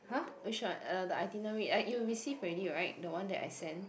which one uh the itinerary I you receive already right the one that I send